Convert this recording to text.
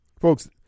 Folks